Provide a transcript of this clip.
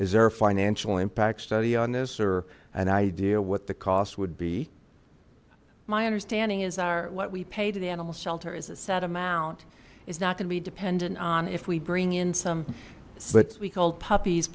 is there a financial impact study on this or an idea what the cost would be my understanding is our what we pay to the animal shelter is a set amount is not to be dependent on if we bring in some so that we called puppies